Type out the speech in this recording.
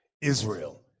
Israel